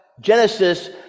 Genesis